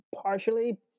Partially